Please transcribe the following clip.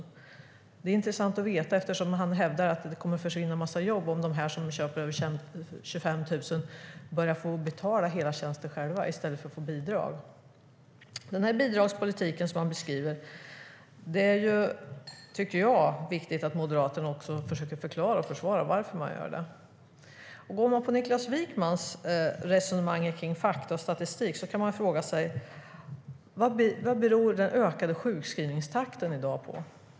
Det skulle vara intressant att veta, eftersom han hävdar att det kommer att försvinna en massa jobb om de som köper för över 25 000 ska betala hela tjänsten själva i stället för att få bidrag. Det är en bidragspolitik som han beskriver. Jag tycker att Moderaterna också ska försöka förklara och försvara varför man gör det. Går man på Niklas Wykmans resonemang om fakta och statistik kan man fråga sig vad den ökade sjukskrivningstakten i dag beror på.